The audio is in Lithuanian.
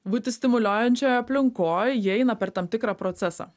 būti stimuliuojančioj aplinkoj jie eina per tam tikrą procesą